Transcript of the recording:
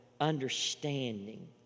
understanding